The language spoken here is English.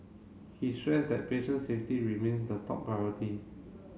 he stressed that patients safety remains the top priority